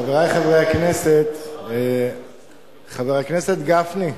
חברי חברי הכנסת, חבר הכנסת גפני,